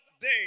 day